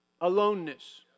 Aloneness